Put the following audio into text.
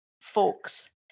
folks